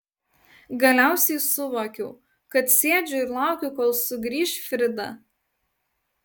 galiausiai suvokiau kad sėdžiu ir laukiu kol sugrįš frida